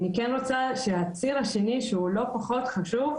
אני רוצה לדבר גם על הציר השני שהוא לא פחות חשוב,